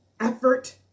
effort